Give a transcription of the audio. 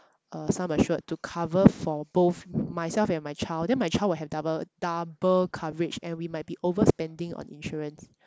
uh sum assured to cover for both myself and my child then my child will have double double coverage and we might be overspending on insurance